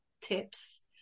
tips